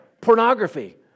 pornography